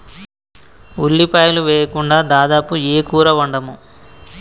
ఉల్లిపాయలు వేయకుండా దాదాపు ఏ కూర వండము